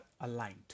aligned